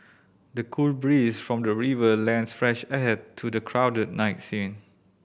the cool breeze from the river lends fresh air to the crowded night scene